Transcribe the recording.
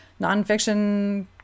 nonfiction